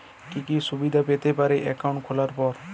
কি কি সুবিধে পেতে পারি একাউন্ট খোলার পর?